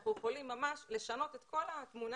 אנחנו יכולים לשנות ממש את כל התמונה